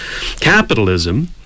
Capitalism